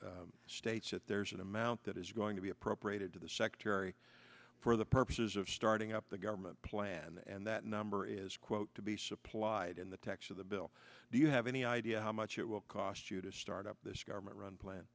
bill states that there is an amount that is going to be appropriated to the secretary for the purposes of starting up the government plan and that number is quote to be supplied in the text of the bill do you have any idea how much it will cost you to start up this government run plan